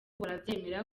barabyemera